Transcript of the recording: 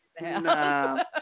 No